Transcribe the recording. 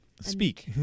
speak